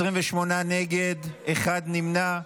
28 נגד, אחד נמנע.